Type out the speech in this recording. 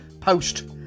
post